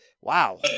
wow